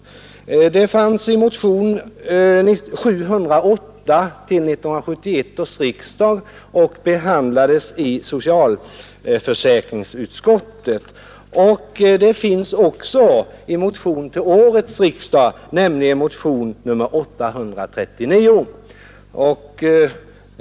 Vidare väcktes en motion, nr 708, till 1971 års riksdag, som behandlades i socialförsäkringsutskottet, och dessutom finns en motion till årets riksdag, nämligen motionen 839.